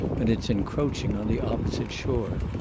and its encroaching on the opposite shore.